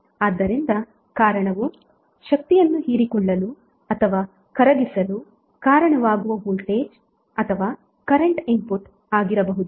ಆದ್ದರಿಂದ ಕಾರಣವು ಶಕ್ತಿಯನ್ನು ಹೀರಿಕೊಳ್ಳಲು ಅಥವಾ ಕರಗಿಸಲು ಕಾರಣವಾಗುವಾ ವೋಲ್ಟೇಜ್ ಅಥವಾ ಕರೆಂಟ್ ಇನ್ಪುಟ್ ಆಗಿರಬಹುದು